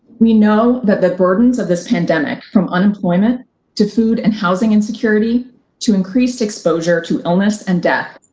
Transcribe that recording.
we know that the burdens of this pandemic from unemployment to food and housing insecurity to increased exposure to illness and death,